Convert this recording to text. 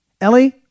Ellie